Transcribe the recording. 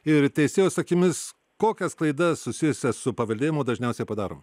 ir teisėjos akimis kokias klaidas susijusias su paveldėjimu dažniausiai padarom